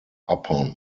upon